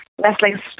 wrestling